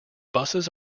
buses